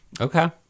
Okay